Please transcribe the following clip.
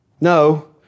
No